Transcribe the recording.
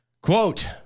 Quote